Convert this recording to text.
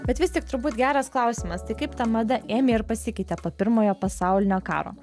bet vis tik turbūt geras klausimas tai kaip ta mada ėmė ir pasikeitė po pirmojo pasaulinio karo